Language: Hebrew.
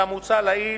כמוצע לעיל,